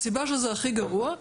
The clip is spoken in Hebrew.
הסיבה שזה הכי גרוע,